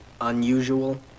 unusual